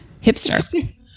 hipster